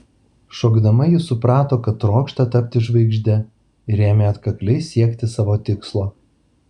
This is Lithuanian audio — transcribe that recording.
šokdama ji suprato kad trokšta tapti žvaigžde ir ėmė atkakliai siekti savo tikslo